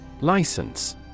License